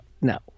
no